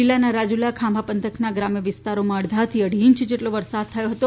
જિલ્લાના રાજુલા ખાંભા પંથકના ગ્રામવિસ્તારોમાં અડધાથી અઢી ઇંચ જેટલો વરસાદ થયો હતો